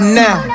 now